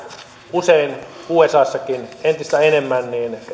usein usassakin entistä enemmän